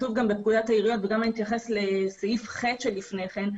ומה שגם כתוב בפקודת העיריות וגם אני אתייחס לסעיף (ח) שלפני כן,